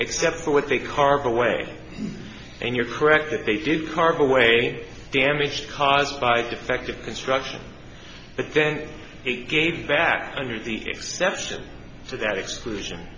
except for what they carve away and you're correct that they did carve away damage caused by defective construction that then gave back under the exception to that exclusion